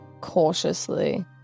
cautiously